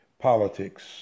politics